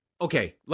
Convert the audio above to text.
Okay